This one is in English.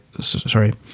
sorry